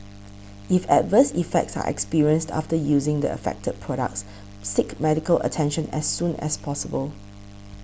if adverse effects are experienced after using the affected products seek medical attention as soon as possible